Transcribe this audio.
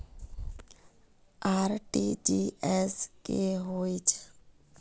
RTGS की होचए?